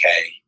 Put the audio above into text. okay